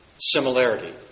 similarity